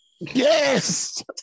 Yes